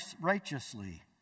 righteously